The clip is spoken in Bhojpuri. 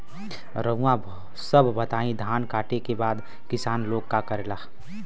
रउआ सभ बताई धान कांटेके बाद किसान लोग का करेला?